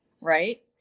right